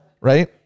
Right